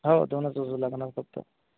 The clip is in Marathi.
हो दोनच दिवस लागणार फक्त